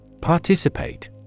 Participate